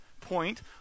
point